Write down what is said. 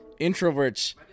introverts